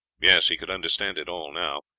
yes, he could understand it all now.